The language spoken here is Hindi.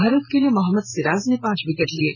भारत के लिए मोहम्मद सिराज ने पांच विकेट लिये